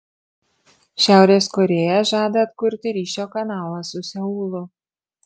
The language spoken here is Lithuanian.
šiaurės korėja žada atkurti ryšio kanalą su seulu